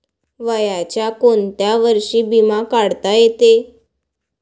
वयाच्या कोंत्या वर्षी बिमा काढता येते?